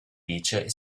dice